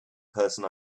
person